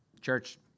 Church